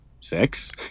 six